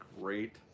great